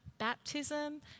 baptism